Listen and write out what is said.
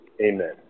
Amen